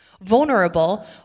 vulnerable